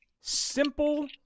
simple